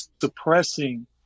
suppressing